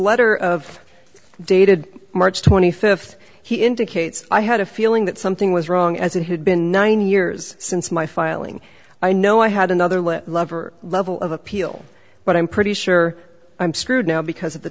letter of dated march twenty fifth he indicates i had a feeling that something was wrong as it had been nine years since my filing i know i had another lover level of appeal but i'm pretty sure i'm screwed now because of the